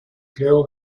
creó